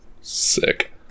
Sick